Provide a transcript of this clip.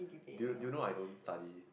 do do you know I don't study